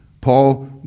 Paul